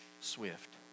swift